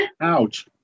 Ouch